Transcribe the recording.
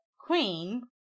Queen